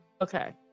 Okay